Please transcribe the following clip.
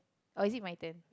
oh is it my turn